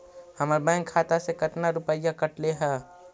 हमरा बैंक खाता से कतना रूपैया कटले है?